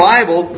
Bible